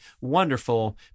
wonderful